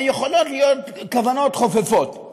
יכולות להיות כוונות חופפות,